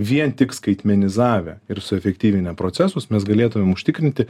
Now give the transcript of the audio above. vien tik skaitmenizavę ir suefektyvinę procesus mes galėtumėm užtikrinti